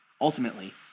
Ultimately